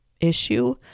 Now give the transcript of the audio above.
issue